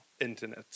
internet